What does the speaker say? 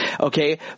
okay